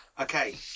Okay